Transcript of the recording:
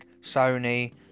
Sony